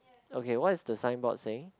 okay what is the signboard saying